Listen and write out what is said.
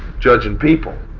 judging people.